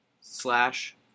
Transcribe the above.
slash